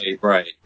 right